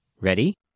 Ready